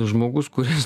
žmogus kuris